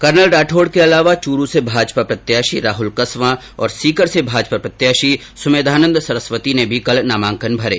colonel Rathore के अलावा चुरू से भाजपा प्रत्याषी राहुल कस्वां तथा सीकर से भाजपा प्रत्याषी सुमेधानंद सरस्वती ने भी कल नामांकन भरे